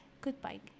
goodbye